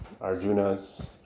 Arjuna's